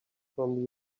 from